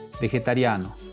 Vegetariano